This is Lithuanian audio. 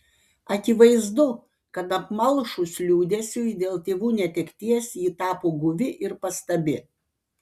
akivaizdu kad apmalšus liūdesiui dėl tėvų netekties ji tapo guvi ir pastabi